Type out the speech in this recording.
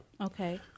Okay